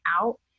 out